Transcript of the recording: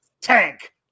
tank